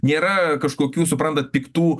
nėra kažkokių suprantat piktų